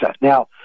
Now